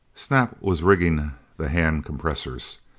snap was rigging the hand compressors.